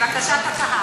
לבקשת הקהל.